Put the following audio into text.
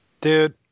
Dude